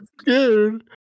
scared